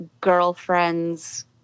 girlfriend's